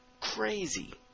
Crazy